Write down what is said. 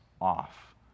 off